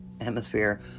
Hemisphere